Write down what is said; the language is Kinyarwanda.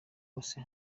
wese